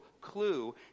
clue